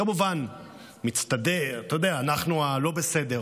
כמובן מצטדק, אתה יודע, אנחנו הלא-בסדר.